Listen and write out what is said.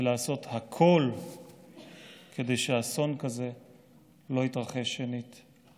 ולעשות הכול כדי שאסון כזה לא יתרחש שנית.